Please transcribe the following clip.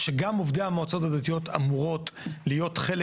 שגם עובדי המועצות הדתיות אמורות להיות חלק